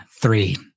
Three